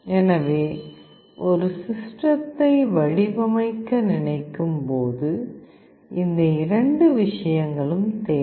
எனவே ஒரு சிஸ்டத்தை வடிவமைக்க நினைக்கும் போது இந்த இரண்டு விஷயங்களும் தேவை